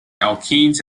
alkenes